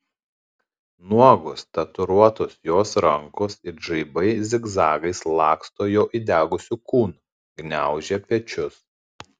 nuogos tatuiruotos jos rankos it žaibai zigzagais laksto jo įdegusiu kūnu gniaužia pečius